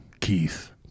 Keith